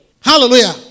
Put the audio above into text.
Hallelujah